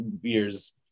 year's